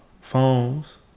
phones